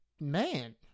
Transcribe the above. man